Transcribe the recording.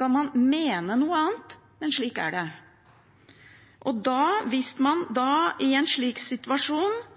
Man kan mene noe annet, men slik er det. Hvis man i en slik situasjon